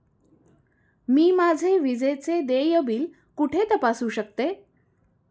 मी माझे विजेचे देय बिल कुठे तपासू शकते?